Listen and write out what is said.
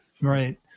Right